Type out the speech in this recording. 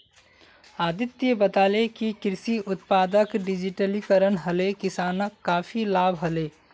अदित्य बताले कि कृषि उत्पादक डिजिटलीकरण हले किसानक काफी लाभ हले